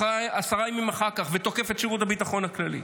עשרה ימים אחר כך ותוקף את שירות הביטחון הכללי?